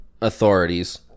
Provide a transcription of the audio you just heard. authorities